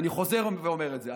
ואני חוזר ואומר את זה,